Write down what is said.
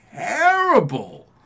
terrible